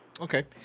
Okay